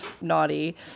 naughty